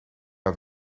het